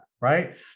right